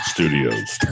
Studios